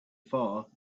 far